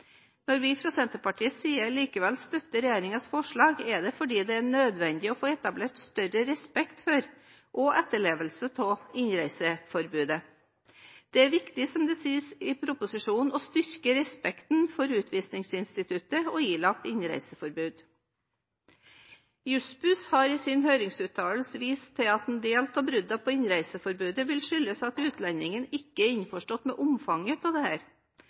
Når vi fra Senterpartiets side likevel støtter regjeringens forslag, er det fordi det er nødvendig å få etablert større respekt for og etterlevelse av innreiseforbudet. Det er viktig, som det sies i proposisjonen, å «styrke respekten for utvisningsinstituttet og ilagt innreiseforbud». Juss-Buss har i sin høringsuttalelse vist til at en del av bruddene på innreiseforbudet skyldes at utlendingen ikke er innforstått med omfanget av